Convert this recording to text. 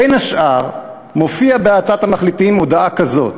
בין השאר מופיעה בהצעת המחליטים הודעה כזאת: